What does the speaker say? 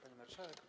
Pani Marszałek!